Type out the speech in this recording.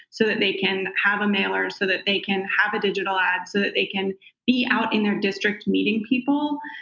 so that they can have a mailer, so that they can have a digital ad, so that they can be out in their district meeting people,